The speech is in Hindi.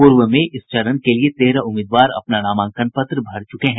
पूर्व में इस चरण के लिए तेरह उम्मीदवार अपना नामांकन पत्र भर चुके हैं